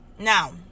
Now